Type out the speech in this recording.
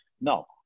No